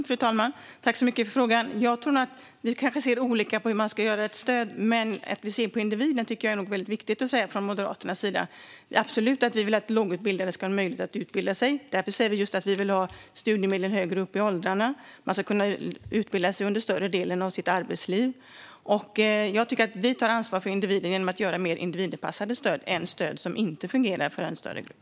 Fru talman! Tack så mycket för frågan, Pia Nilsson! Vi kanske ser olika på hur man ska utforma ett stöd, men det ska i princip utformas efter individen. Absolut vill Moderaterna att lågutbildade ska ha möjlighet att utbilda sig. Därför vill vi ha studiemedel högre upp i åldrarna, alltså att man ska kunna utbilda sig under större delen av sitt arbetsliv. Vi tar ansvar för individen genom att införa mer individanpassade stöd än stöd som inte fungerar för en större grupp.